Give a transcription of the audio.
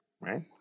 Right